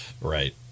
Right